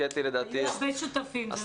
היו הרבה שותפים.